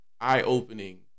eye-opening